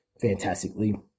fantastically